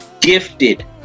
gifted